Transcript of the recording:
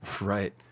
right